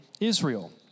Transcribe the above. Israel